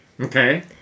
Okay